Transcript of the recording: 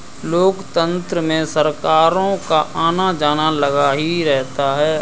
लोकतंत्र में सरकारों का आना जाना लगा ही रहता है